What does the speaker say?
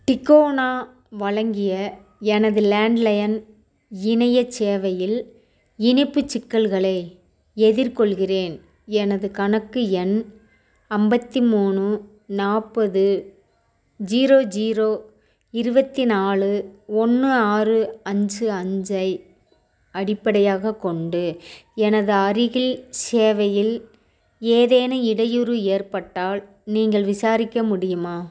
டிக்கோனா வழங்கிய எனது லேண்ட்லையன் இணையச் சேவையில் இணைப்புச் சிக்கல்களை எதிர்கொள்கிறேன் எனது கணக்கு எண் ஐம்பத்தி மூணு நாற்பது ஜீரோ ஜீரோ இருபத்தி நாலு ஒன்று ஆறு அஞ்சு அஞ்சை அடிப்படையாகக் கொண்டு எனது அருகில் சேவையில் ஏதேனும் இடையூறு ஏற்பட்டால் நீங்கள் விசாரிக்க முடியுமா